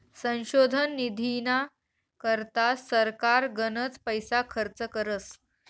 संशोधन निधीना करता सरकार गनच पैसा खर्च करस